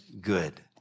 good